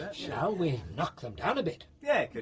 shall we knock them down a bit? yeah,